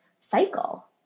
cycle